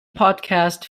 podcast